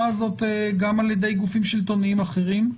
הזאת גם על ידי גופים שלטוניים אחרים,